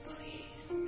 Please